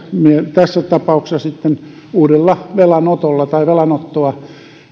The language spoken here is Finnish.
tässä tapauksessa sitten uudella velanotolla tai velanottoa